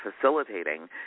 facilitating